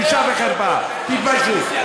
בושה וחרפה, תתביישו.